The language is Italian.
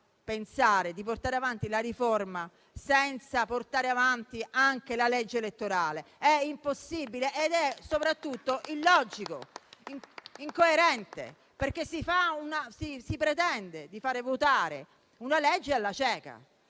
pensare di portarle avanti senza portare avanti anche la legge elettorale. È impossibile ed è soprattutto illogico e incoerente, perché si pretende di far votare una legge alla cieca.